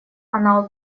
она